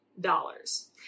dollars